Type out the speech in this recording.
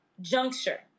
juncture